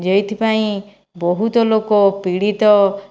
ଯେଉଁଥିପାଇଁ ବହୁତ ଲୋକ ପୀଡ଼ିତ